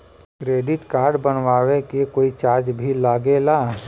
Credit card बनवावे के कोई चार्ज भी लागेला?